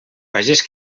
pagès